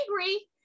angry